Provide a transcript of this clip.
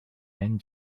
and